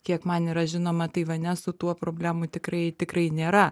kiek man yra žinoma taivane su tuo problemų tikrai tikrai nėra